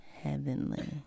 heavenly